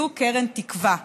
זאת קרן תקווה,